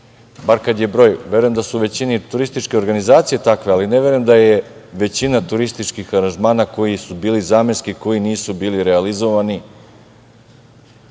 takvi u većini. Verujem da su u većini turističke organizacije takve, ali ne verujem da je većina turističkih aranžmana koji su bili zamenski, koji nisu bili realizovani,